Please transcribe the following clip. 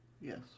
Yes